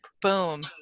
Boom